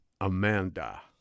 Amanda